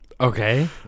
Okay